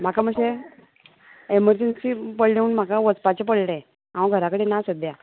म्हाका मातशें एमरजंसी पडलें म्हणून म्हाका वचपाचें पडलें हांव घरा कडेन ना सद्या